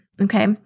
Okay